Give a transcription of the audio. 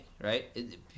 right